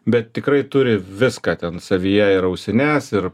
bet tikrai turi viską ten savyje ir ausines ir